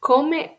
Come